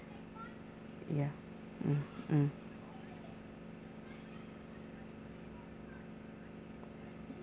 ya mm mm